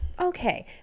Okay